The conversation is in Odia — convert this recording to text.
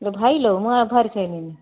ଲୋ ଭାଇଲୋ ମୁଁ ଆ ବାହାରି ସାରିଲିଣି